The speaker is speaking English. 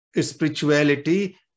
spirituality